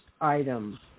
item